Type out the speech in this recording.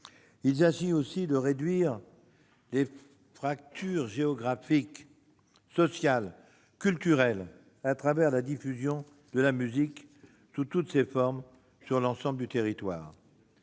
Il s'agit, aussi, de réduire les fractures géographiques, sociales, culturelles au travers de la diffusion de la musique, sous toutes ses formes, sur l'ensemble du territoire.